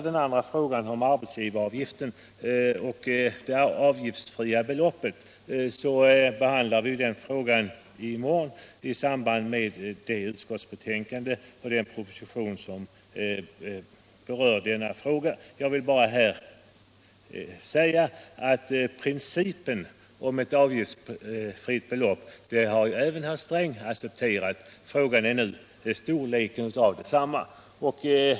Den andra frågan om arbetsgivaravgiften och det avgiftsfria beloppet behandlar vi i morgon i samband med det utskottsbetänkande och den proposition som berör denna fråga. Principen om ett avgiftsfritt belopp har även herr Sträng accepterat. Frågan gäller nu storleken av detsamma.